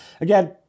again